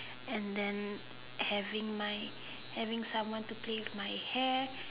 and then having my having someone to play with my hair